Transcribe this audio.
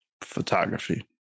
photography